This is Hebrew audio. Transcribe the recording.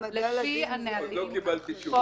עוד לא קיבלתי תשובה.